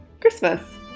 Christmas